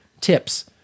tips